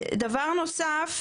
דבר נוסף,